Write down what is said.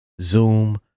Zoom